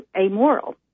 amoral